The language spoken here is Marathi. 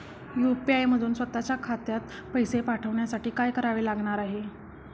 यू.पी.आय मधून स्वत च्या खात्यात पैसे पाठवण्यासाठी काय करावे लागणार आहे?